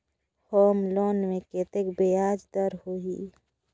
Home loan मे कतेक ब्याज दर होही?